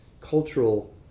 cultural